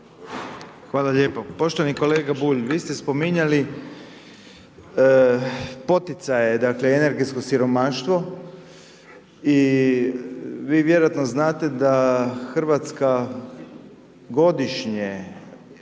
Hvala lijepo, poštovani kolega Bulj vi ste spominjali poticaje, dakle energetsko siromaštvo i vi vjerojatno znate da Hrvatska godišnje